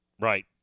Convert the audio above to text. right